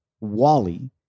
Wally